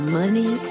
money